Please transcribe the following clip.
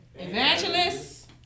evangelists